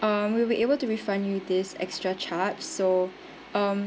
um we'll be able to refund you this extra charge so um